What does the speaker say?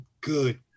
good